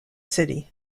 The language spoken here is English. city